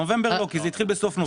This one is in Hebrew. נובמבר לא כי זה התחיל בסוף נובמבר.